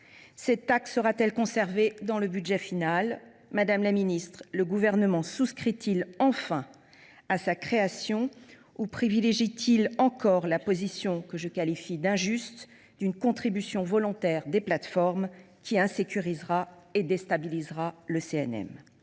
Cette taxe sera t elle conservée dans le budget final ? Madame la ministre, le Gouvernement souscrit il enfin à sa création ou privilégie t il encore la position, que je qualifie d’injuste, d’une contribution volontaire des plateformes qui insécurisera et déstabilisera le CNM ?